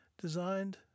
designed